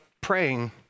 praying